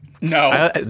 no